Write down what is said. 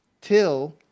Till